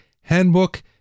handbook